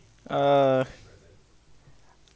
uh